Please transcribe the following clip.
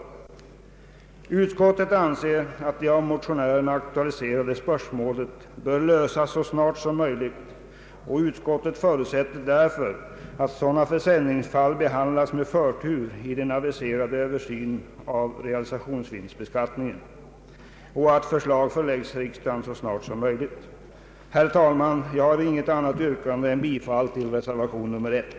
Utskottet anser att det av motionärerna aktualiserade spörsmålet bör lösas så snart som möjligt. Utskottet förutsätter därför att sådana försäljningsfall behandlas med förtur i den aviserade översynen av realisationsvinstbeskattningen och att förslag förelägges riksdagen så snart som möjligt. Herr talman! Jag har inget annat yrkande än bifall till reservation nr 1.